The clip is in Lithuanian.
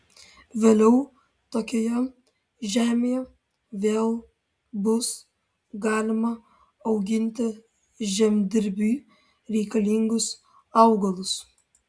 vėliau tokioje žemėje vėl bus galima auginti žemdirbiui reikalingus augalus